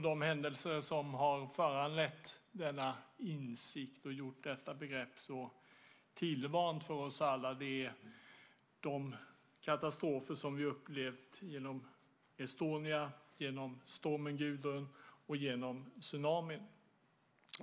De händelser som har föranlett denna insikt och gjort detta begrepp så tillvant för oss alla är de katastrofer som vi upplevt genom Estonia, genom stormen Gudrun och genom tsunamin.